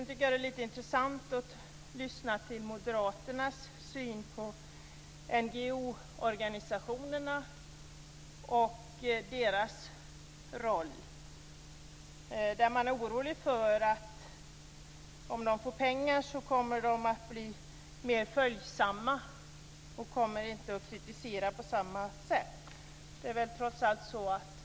Det är lite intressant att lyssna till moderaternas syn på NGO:er och deras roll. Man är orolig för att om de får pengar kommer de att bli mer följsamma och kommer inte att kritisera på samma sätt.